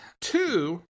Two